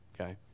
Okay